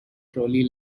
trolley